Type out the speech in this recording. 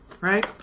Right